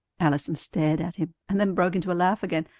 allison stared at him, and then broke into a laugh again.